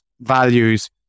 values